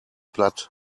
platt